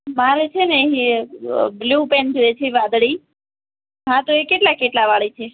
મારે છે blue pen જોઈએ છે વાદળી હા તો એ કેટલા કેટલા વાળી છે